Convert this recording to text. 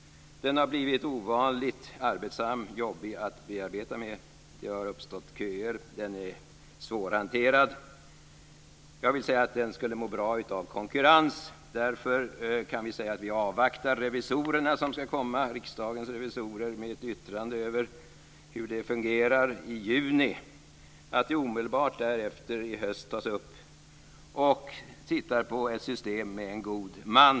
Den har blivit ovanligt jobbig att arbeta med. Det har uppstått köer, och lagen är svårhanterad. Den skulle må bra av konkurrens. Vi avvaktar nu Riksdagens revisorers yttrande om hur det fungerar, som kommer i juni. Omedelbart därefter bör vi diskutera ett system med en god man.